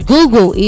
Google